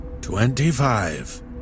Twenty-five